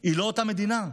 היא לא אותה מדינה.